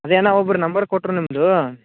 ಅದೇನೋ ಒಬ್ಬರು ನಂಬರ್ ಕೊಟ್ಟರು ನಿಮ್ದು